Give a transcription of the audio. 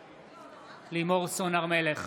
בעד לימור סון הר מלך,